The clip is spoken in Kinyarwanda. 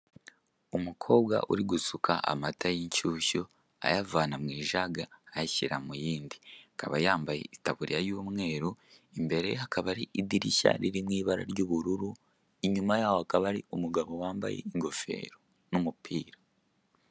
Umukobwa uri gusuka amata y'inshyushyu ayavana mu ijage ayashyira mu yindi. Akaba yambaye itaburiya y'umweru, imbere akaba ari idirishya riri mw'ibara ry'ubururu, inyuma yaho hakaba hari umugabo wambaye ingofero n'umupira.